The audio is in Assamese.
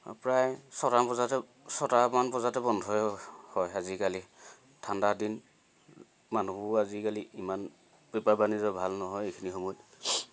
প্ৰায় ছটামান বজাতে ছটামান বজাতে বন্ধই হয় আজিকালি ঠাণ্ডা দিন মানুহবোৰো আজিকালি ইমান বেপাৰ বাণিজ্য ভাল নহয় এইখিনি সময়ত